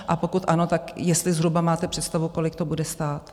A pokud ano, tak jestli zhruba máte představu, kolik to bude stát?